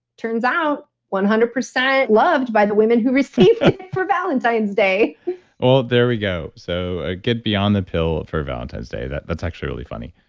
turns out one hundred percent loved by the women who received it for valentine's day well there we go. so a good beyond the pill for valentine's day. that's actually really funny.